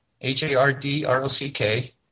h-a-r-d-r-o-c-k